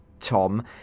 Tom